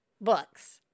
books